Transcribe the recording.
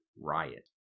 riot